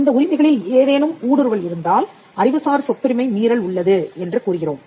இந்த உரிமைகளில் ஏதேனும் ஊடுருவல் இருந்தால் அறிவுசார் சொத்துரிமை மீறல் உள்ளது என்று கூறுகிறோம்